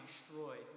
Destroyed